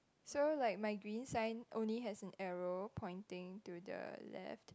so like my green sign only has an arrow pointing to the left